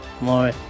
More